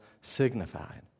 signified